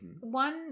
one